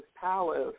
palace